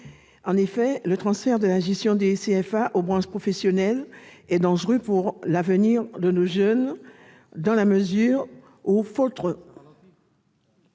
En effet, le transfert de la gestion des CFA aux branches professionnelles est dangereux pour l'avenir de nos jeunes dans la mesure où, faute d'être